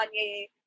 Kanye